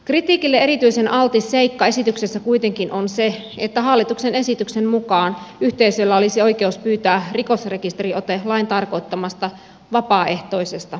kritiikille erityisen altis seikka esityksessä kuitenkin on se että hallituksen esityksen mukaan yhteisöllä olisi oikeus pyytää rikosrekisteriote lain tarkoittamasta vapaaehtoisesta